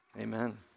amen